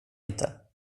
inte